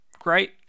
great